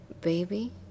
Baby